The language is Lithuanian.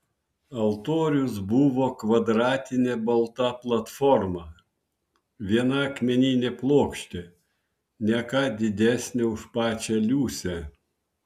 altorius buvo kvadratinė balta platforma viena akmeninė plokštė ne ką didesnė už pačią liusę